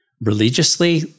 Religiously